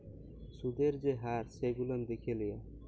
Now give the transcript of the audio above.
সুদের যে হার সেগুলান দ্যাখে লিয়া